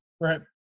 Right